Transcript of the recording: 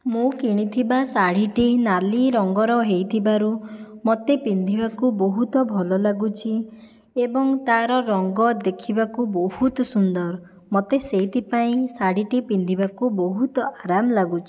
ମୁଁ କିଣିଥିବା ଶାଢ଼ୀଟି ନାଲି ରଙ୍ଗର ହେଇଥିବାରୁ ମୋତେ ପିନ୍ଧିବାକୁ ବହୁତ ଭଲ ଲାଗୁଛି ଏବଂ ତାର ରଙ୍ଗ ଦେଖିବାକୁ ବହୁତ ସୁନ୍ଦର ମୋତେ ସେଇଥିପାଇଁ ଶାଢ଼ୀଟି ପିନ୍ଧିବାକୁ ବହୁତ ଆରାମ ଲାଗୁଛି